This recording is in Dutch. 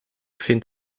vind